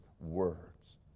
words